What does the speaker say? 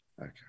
Okay